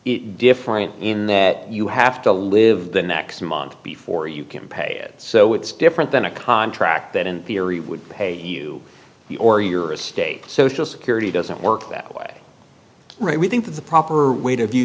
it different in that you have to live the next month before you can pay it so it's different than a contract that in theory would pay you or your estate social security doesn't work that way right we think that the proper way to view